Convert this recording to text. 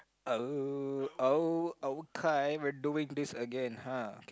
oh oh okay we're doing this again [huh]